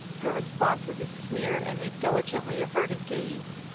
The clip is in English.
her response was a sneer and a diligently averted gaze.